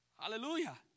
Hallelujah